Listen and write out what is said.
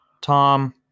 Tom